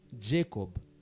Jacob